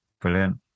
Brilliant